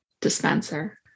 dispenser